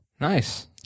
Nice